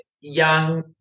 young